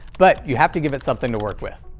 but you have to give it something to work with.